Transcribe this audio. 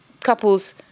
couples